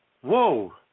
Whoa